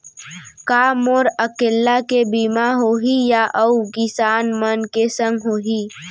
का मोर अकेल्ला के बीमा होही या अऊ किसान मन के संग होही?